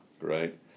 Right